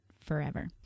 forever